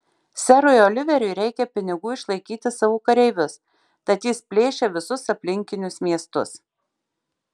serui oliveriui reikia pinigų išlaikyti savo kareivius tad jis plėšia visus aplinkinius miestus